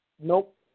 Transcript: Nope